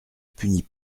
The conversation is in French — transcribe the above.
punit